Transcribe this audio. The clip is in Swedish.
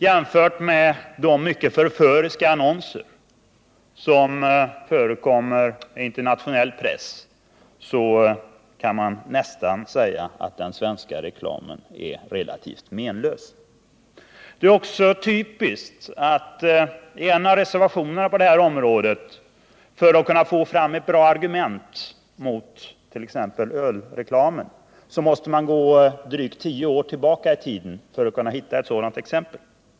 Jämfört med de mycket förföriska annonser som förekommer i internationell press kan man säga att den svenska reklamen är relativt menlös. Det är också typiskt att man i en av reservationerna på det här området måste gå drygt tio år tillbaka i tiden för att kunna få fram bra argument mot ölreklam.